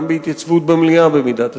גם בהתייצבות במליאה במידת הצורך,